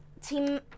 team